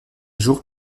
jour